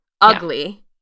ugly